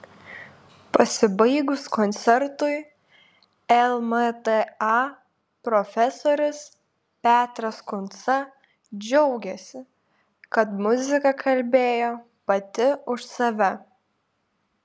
pasibaigus koncertui lmta profesorius petras kunca džiaugėsi kad muzika kalbėjo pati už save